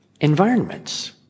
environments